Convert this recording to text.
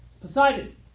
Poseidon